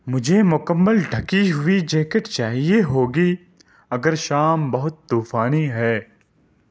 مجھے مکمل ڈھکی ہوئی جیکٹ چاہیے ہوگی اگر شام بہت طوفانی ہے